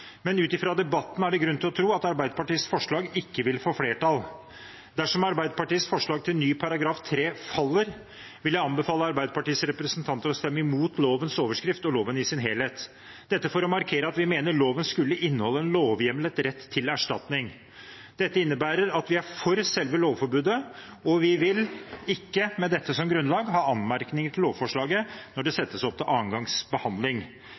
Men ut fra debatten er det grunn til å tro at Arbeiderpartiets forslag ikke vil få flertall. Dersom Arbeiderpartiets forlag til ny § 3 faller, vil jeg anbefale Arbeiderpartiets representanter å stemme imot lovens overskrift og loven i sin helhet – dette for å markere at vi mener loven skulle inneholde en lovhjemlet rett til erstatning. Dette innebærer at vi er for selve lovforbudet, og vi vil ikke med dette som grunnlag ha anmerkninger til lovforslaget når det settes opp til andre gangs behandling.